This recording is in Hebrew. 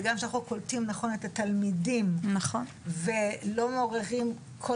וגם שאנחנו קולטים נכון את התלמידים ולא מערימים כל